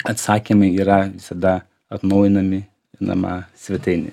atsakymai yra visada atnaujinami nma svetainėje